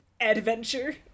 adventure